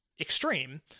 extreme